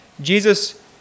Jesus